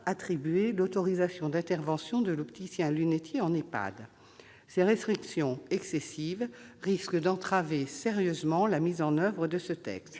l'autorisation d'intervention de l'opticien-lunetier en EHPAD. Ces restrictions excessives risquent d'entraver sérieusement la mise en oeuvre de ce texte.